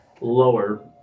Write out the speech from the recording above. lower